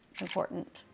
important